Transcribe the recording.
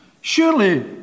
surely